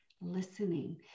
listening